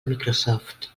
microsoft